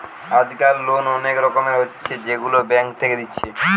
আজকাল লোন অনেক রকমের হচ্ছে যেগুলা ব্যাঙ্ক থেকে দিচ্ছে